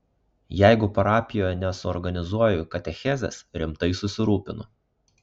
jeigu parapijoje nesuorganizuoju katechezės rimtai susirūpinu